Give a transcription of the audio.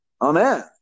Amen